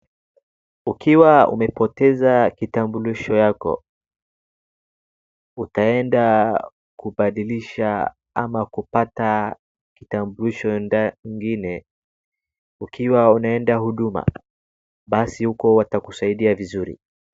Ukiwa umepoteza kitambulisho yako, utaenda kubadilisha ama kupata kitambulisho ingine ikiwa unaenda Huduma basi huko watakusaidia vizuri.